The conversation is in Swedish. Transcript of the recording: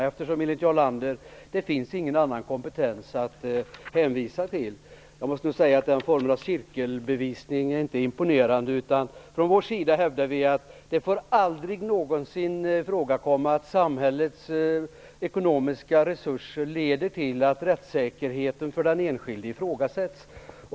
Det finns enligt Jarl Lander ingen annan kompetens att hänvisa till. Jag måste säga att denna form av cirkelbevisning inte är imponerande. Vi hävdar från vår sida att det aldrig någonsin får ifrågakomma att samhällets innehav av ekonomiska resurser leder till att rättssäkerheten för den enskilde ifrågasätts.